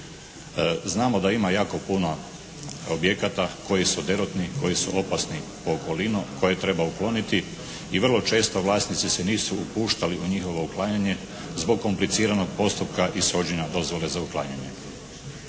Znamo da ima jako puno objekata koji su derutni, koji su opasni po okolinu koje treba ukloniti i vrlo često vlasnici se nisu upuštali u njihovo uklanjanje zbog kompliciranog postupka ishođenja dozvole za uklanjanje.